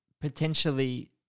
potentially